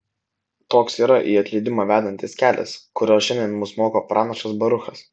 toks yra į atleidimą vedantis kelias kurio šiandien mus moko pranašas baruchas